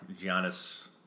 Giannis